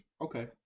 Okay